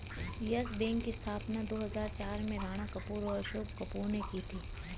yes Bank की स्थापना दो हजार चार में राणा कपूर और अशोक कपूर ने की थी